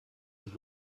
und